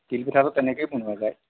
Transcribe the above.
তিল পিঠাটো তেনেকেই বনোৱা যায়